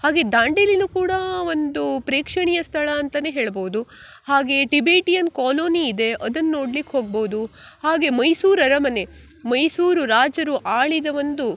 ಹಾಗೆ ದಾಂಡೇಲಿಯೂ ಕೂಡ ಒಂದು ಪ್ರೇಕ್ಷಣೀಯ ಸ್ಥಳ ಅಂತಲೇ ಹೇಳ್ಬಹ್ದು ಹಾಗೇ ಟಿಬೇಟಿಯನ್ ಕಾಲೋನಿ ಇದೆ ಅದನ್ನು ನೋಡ್ಲಿಕ್ಕೆ ಹೋಗ್ಬೋದು ಹಾಗೆ ಮೈಸೂರು ಅರಮನೆ ಮೈಸೂರು ರಾಜರು ಆಳಿದ ಒಂದು